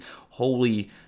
holy